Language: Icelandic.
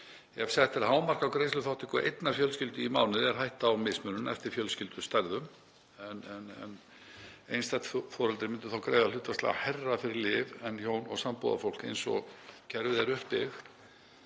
Ef sett væri hámark á greiðsluþátttöku einnar fjölskyldu í mánuði er hætta á mismunun eftir fjölskyldustærðum. Einstætt foreldri myndi þá greiða hlutfallslega meira fyrir lyf en hjón og sambúðarfólk eins og kerfið er upp